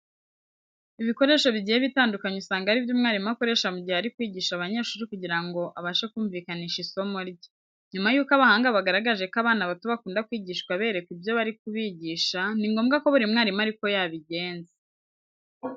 Ibikoresho bigiye bitandukanye usanga ari byo umwarimu akoresha mu gihe ari kwigisha abanyeshuri kugira ngo abashe kumvikanisha isomo rye. Nyuma yuko abahanga bagaragaje ko abana bato bakunda kwigishwa berekwa ibyo bari kubigisha, ni ngombwa ko buri mwarimu ari ko yabigenza.